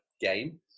game